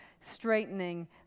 straightening